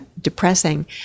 depressing